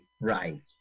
Right